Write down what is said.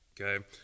Okay